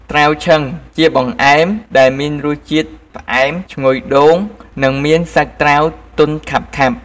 ត្រាវឆឹង ជាបង្អែមដែលមានរសជាតិផ្អែម ឈ្ងុយដូង និងមានសាច់ត្រាវទន់ខាប់ៗ។